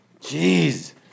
Jeez